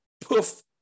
poof